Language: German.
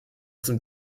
zum